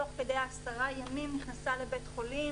תוך כדי עשרת הימים היא נכנסה לבית חולים